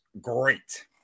great